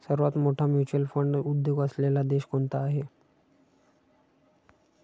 सर्वात मोठा mutual fund उद्योग असलेला देश कोणता आहे?